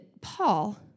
Paul